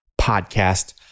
Podcast